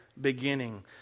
beginning